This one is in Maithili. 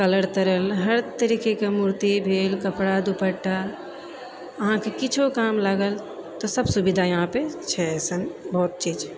हर तरीकेके मूर्ति भेल कपड़ा दुपट्टा अहाँके किछो काम लागल सब सुविधा यहाँ पर छै अइसन बहुत चीज